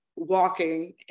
walking